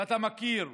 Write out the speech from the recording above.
ואתה מכיר.